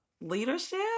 Leadership